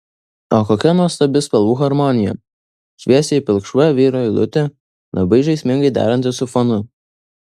o kokia nuostabi spalvų harmonija šviesiai pilkšva vyro eilutė labai žaismingai deranti su fonu